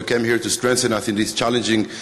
You came here to strengthen us in these challenging days,